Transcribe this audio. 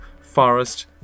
forest